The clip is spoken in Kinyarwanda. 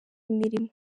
imirimo